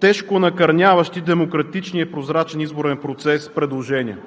тежко накърняващи демократичния и прозрачен изборен процес, предложения.